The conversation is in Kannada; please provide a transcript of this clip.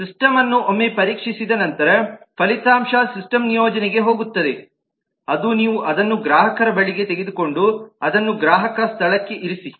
ಸಿಸ್ಟಮ ಅನ್ನು ಒಮ್ಮೆ ಪರೀಕ್ಷಿಸಿದ ನಂತರ ಫಲಿತಾಂಶದ ಸಿಸ್ಟಮ ನಿಯೋಜನೆಗೆ ಹೋಗುತ್ತದೆ ಅದು ನೀವು ಅದನ್ನು ಗ್ರಾಹಕರ ಬಳಿಗೆ ತೆಗೆದುಕೊಂಡು ಅದನ್ನು ಗ್ರಾಹಕ ಸ್ಥಳಕ್ಕೆ ಇರಿಸಿ